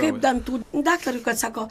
kaip dantų daktarui kad sako